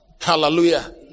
Hallelujah